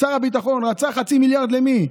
שר הביטחון רצה חצי מיליארד, למי?